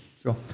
Sure